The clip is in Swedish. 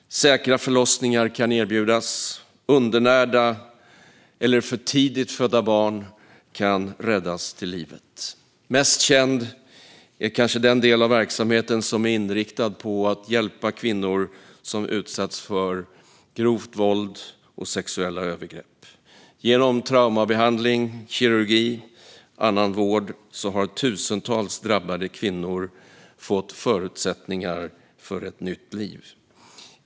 Säkra förlossningar kan erbjudas, och undernärda eller för tidigt födda barn kan räddas till livet. Mest känd är kanske den del av verksamheten som är inriktad på att hjälpa kvinnor som utsatts för grovt våld och sexuella övergrepp. Genom traumabehandling, kirurgi och annan vård har tusentals drabbade kvinnor fått förutsättningar för ett nytt liv.